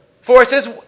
forces